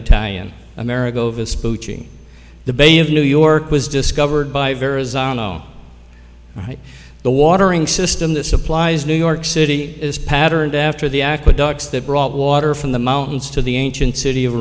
italian america the bay of new york was discovered by various right the watering system that supplies new york city is patterned after the aqueducts that brought water from the mountains to the ancient city of